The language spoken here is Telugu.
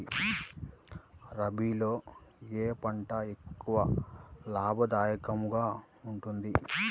రబీలో ఏ పంట ఎక్కువ లాభదాయకంగా ఉంటుంది?